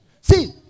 See